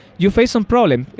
you face some problem.